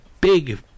Big